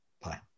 Bye